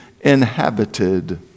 inhabited